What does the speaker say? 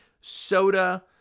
soda